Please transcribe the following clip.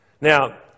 now